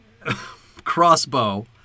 crossbow